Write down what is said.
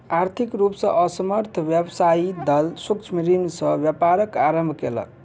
आर्थिक रूप से असमर्थ व्यवसायी दल सूक्ष्म ऋण से व्यापारक आरम्भ केलक